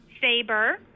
Saber